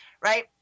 Right